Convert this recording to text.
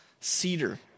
Cedar